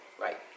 right